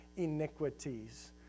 iniquities